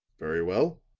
very well.